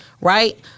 Right